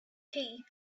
tea